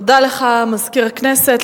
תודה לך, מזכיר הכנסת.